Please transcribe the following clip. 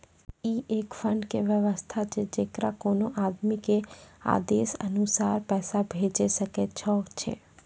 ई एक फंड के वयवस्था छै जैकरा कोनो आदमी के आदेशानुसार पैसा भेजै सकै छौ छै?